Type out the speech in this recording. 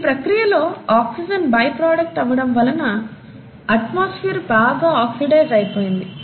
ఈ ప్రక్రియలో oxygen by product అవ్వటం వలన అట్మాస్ఫియర్ బాగా ఆక్సిడైజ్ అయిపొయింది